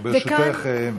ברשותך,